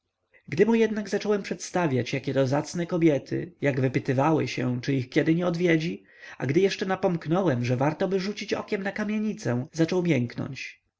mu jednak zacząłem przedstawiać jakie to zacne kobiety jak wypytywały się czy ich kiedy nie odwiedzi a gdy jeszcze napomknąłem że wartoby rzucić okiem na kamienicę zaczął mięknąć